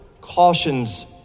cautions